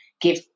give